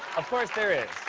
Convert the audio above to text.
of course there is